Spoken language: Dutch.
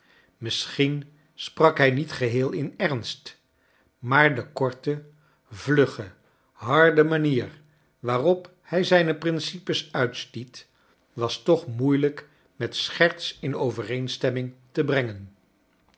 misschien sprak hij niet geheel in ernst maar ce korte vlugge harde manier waarop hij zijne principes uitstiet was toch moeilijk met scherts in overeenstemming te br